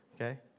Okay